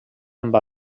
amb